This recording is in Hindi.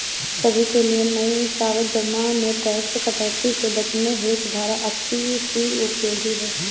सभी के लिए नई सावधि जमा में टैक्स कटौती से बचने हेतु धारा अस्सी सी उपयोगी है